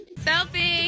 Selfie